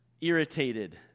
irritated